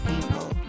people